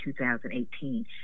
2018